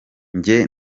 njye